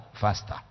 faster